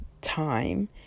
time